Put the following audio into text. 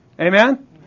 Amen